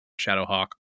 Shadowhawk